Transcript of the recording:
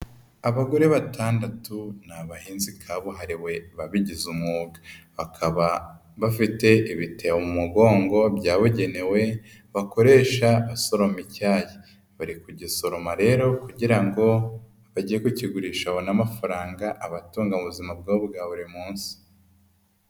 Abagore batandatu ni abahinzi kabuhariwe babigize umwuga. Bakaba bafite ibitebo mu mugongo byabugenewe, bakoresha basoroma icyayi. Bari kugisoroma rero kugira ngo, bajye kukigurisha babone amafaranga abatunga mu buzima bwabo bwa buri munsi.